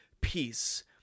peace